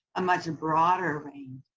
a much and broader range.